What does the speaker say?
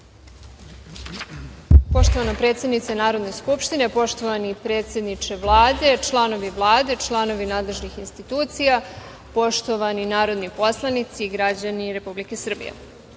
Poštovana predsednice Narodne skupštine, poštovani predsedniče Vlade, članovi Vlade, članovi nadležnih institucija, poštovani narodni poslanici i građani Republike Srbije,